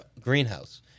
greenhouse